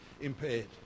impaired